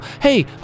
Hey